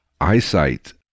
eyesight